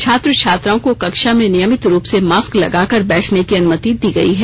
छात्र छात्राओं को कक्षा में नियमित रूप से मास्क लगाकर बैठने की अनुमति दी गयी है